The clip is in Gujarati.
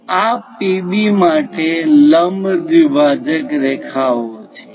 આ PB માટે લંબ દ્વિભાજક રેખાઓ છે